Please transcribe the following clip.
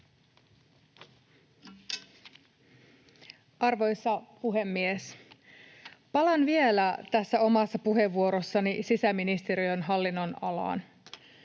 Arvoisa puhemies! Palaan vielä tässä omassa puheenvuorossani sisäministeriön hallinnonalaan.